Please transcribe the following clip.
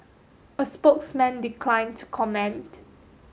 a spokesman declined to comment